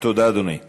תודה, אדוני.